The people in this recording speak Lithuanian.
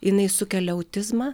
jinai sukelia autizmą